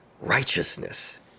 righteousness